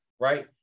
right